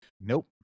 Nope